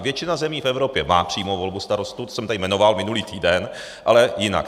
Většina zemí v Evropě má přímou volbu starostů, to jsem tady jmenoval minulý týden, ale jinak.